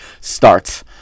starts